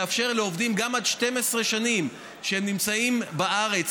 לאפשר לעובדים שנמצאים גם עד 12 שנים בארץ